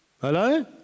Hello